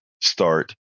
start